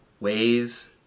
ways